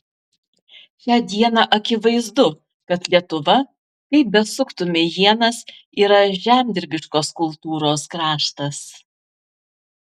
šią dieną akivaizdu kad lietuva kaip besuktumei ienas yra žemdirbiškos kultūros kraštas